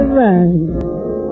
right